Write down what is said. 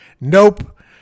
Nope